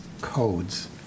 codes